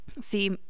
see